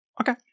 Okay